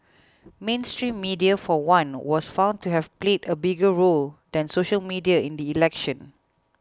mainstream media for one was found to have played a bigger role than social media in the election